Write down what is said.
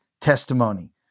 testimony